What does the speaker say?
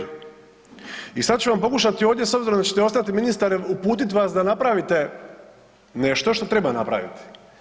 I sad ću vam pokušati ovdje s obzirom da ćete ostati ministar uputit vas da napravite nešto što treba napraviti.